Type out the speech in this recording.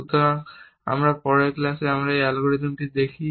সুতরাং আমরা পরের ক্লাসে এই অ্যালগরিদমটি দেখি